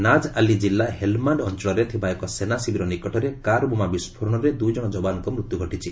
ନାଜ୍ ଆଲ୍ଲି ଜିଲ୍ଲା ହେଲ୍ମାଣ୍ଡ ଅଞ୍ଚଳରେ ଥିବା ଏକ ସେନା ଶିବିର ନିକଟରେ କାର୍ ବୋମା ବିସ୍ଫୋରଣରେ ଦୁଇ ଜଣ ଯବାନଙ୍କ ମୃତ୍ୟୁ ଘଟିଛି